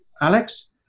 Alex